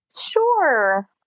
Sure